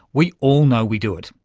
we all know we do it,